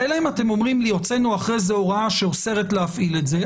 אלא אם אתם אומרים לי שהוצאתם אחר כך הוראה שאוסרת להפעיל את זה,